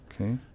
okay